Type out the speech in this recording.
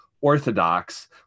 orthodox